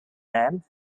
name